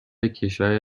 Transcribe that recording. کشور